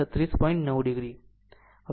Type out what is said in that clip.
9 9 o